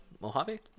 Mojave